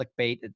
clickbait